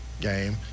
game